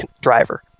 driver